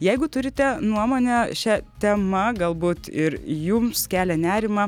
jeigu turite nuomonę šia tema galbūt ir jums kelia nerimą